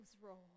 roll